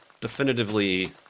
definitively